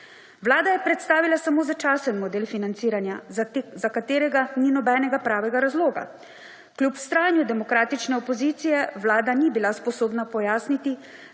Vlada je predstavila samo začasen model financiranja za katerega ni nobenega pravega razloga. Klub vztrajanju demokratične opozicije Vlada ni bila sposobna pojasniti